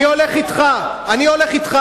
אני הולך אתך, אני הולך אתך.